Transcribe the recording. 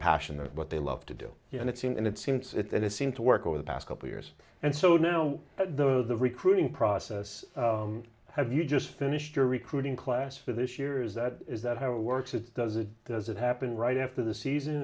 passionate what they love to do and it seemed it seems it has seemed to work over the past couple years and so now though the recruiting process have you just finished your recruiting class for this year is that is that how it works it does it does it happen right after the season